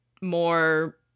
more